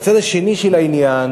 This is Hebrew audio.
והצד השני של העניין